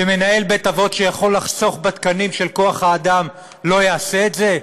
שמנהל בית-אבות שיכול לחסוך בתקנים של כוח האדם לא יעשה את זה?